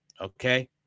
Okay